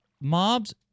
mobs